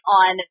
on